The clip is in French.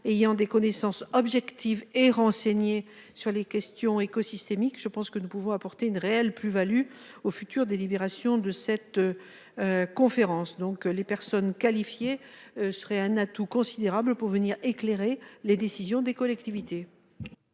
ayant des connaissances objectives et renseigner sur les questions écosystémique. Je pense que nous pouvons apporter une réelle plus-Value aux futures délibérations de cette. Conférence donc les personnes qualifiées serait un atout considérable pour venir éclairer les décisions des collectivités.